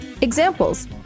Examples